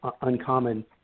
uncommon